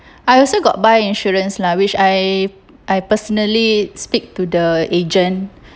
I also got buy insurance lah which I I personally speak to the agent